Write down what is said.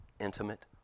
intimate